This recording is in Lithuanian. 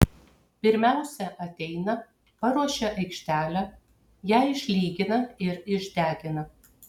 pirmiausia ateina paruošia aikštelę ją išlygina ir išdegina